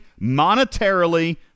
monetarily